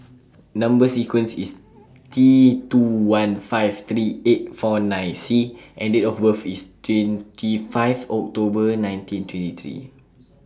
Number sequence IS T two one five three eight four nine C and Date of birth IS twenty five October nineteen twenty three